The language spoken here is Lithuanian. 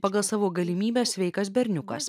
pagal savo galimybes sveikas berniukas